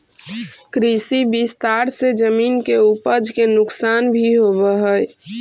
कृषि विस्तार से जमीन के उपज के नुकसान भी होवऽ हई